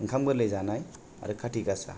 ओंखाम गोरलै जानाय आरो कार्थिक गासा